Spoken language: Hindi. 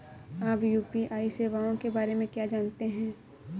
आप यू.पी.आई सेवाओं के बारे में क्या जानते हैं?